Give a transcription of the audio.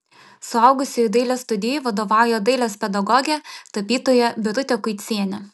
suaugusiųjų dailės studijai vadovauja dailės pedagogė tapytoja birutė kuicienė